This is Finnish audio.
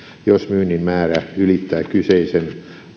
jos myynnin määrä ylittää kyseisen